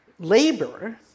Labor